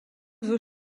veut